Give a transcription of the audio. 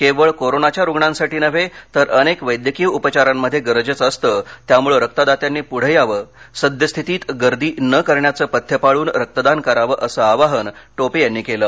केवळ करोनाच्या रुग्णांसाठी नव्हे तर अनेक वैद्यकीय उपचारांमध्ये गरजेचं असतं त्यामुळं रक्तदात्यांनी पुढं यावं सद्यस्थिती गर्दी न करण्याचं पथ्य पाळून रक्तदान करावं असं आवाहन टोपे यांनी केलं